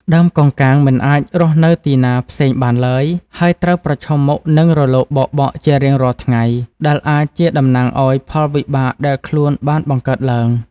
ដើមកោងកាងមិនអាចរស់នៅទីណាផ្សេងបានឡើយ ហើយត្រូវប្រឈមមុខនឹងរលកបោកបក់ជារៀងរាល់ថ្ងៃ ដែលអាចជាតំណាងឲ្យផលវិបាកដែលខ្លួនបានបង្កើតឡើង។